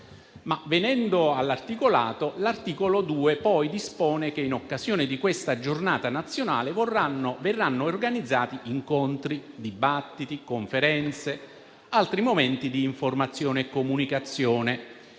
Venendo all'articolato, l'articolo 2 dispone che in occasione di questa giornata nazionale verranno organizzati incontri, dibattiti, conferenze e altri momenti di informazione e comunicazione,